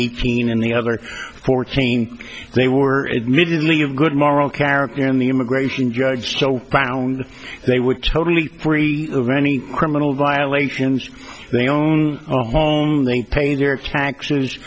eighteen in the other fourteen they were admittedly of good moral character in the immigration judge joe brown they were totally free of any criminal violations they own a home they pay t